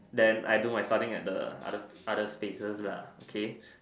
then I do my studying at the other other spaces lah okay